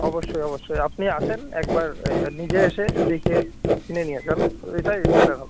অবশ্যই অবশ্যই আপনি আসেন একবার নিজে এসে দেখে কিনে নিয়ে যান এটাই বেটার হবে